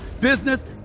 business